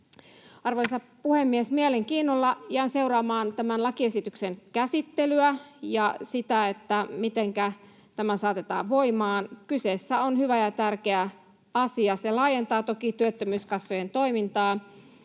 Arvoisa puhemies! Mielenkiinnolla jään seuraamaan tämän lakiesityksen käsittelyä ja sitä, mitenkä tämä saatetaan voimaan. Kyseessä on hyvä ja tärkeä asia. Se laajentaa toki työttömyyskassojen toimintaa.